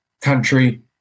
country